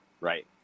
Right